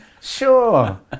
sure